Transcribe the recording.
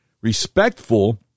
Respectful